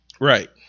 Right